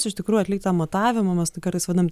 iš tikrų atlikt tą matavimą mes tai kartais vadinam